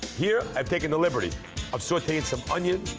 here, i've taken the liberty of sauteing some onion,